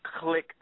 click